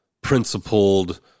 principled